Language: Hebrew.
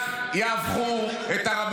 שמים שם רבנים פוליטיקאים -- הוא מדבר על הרב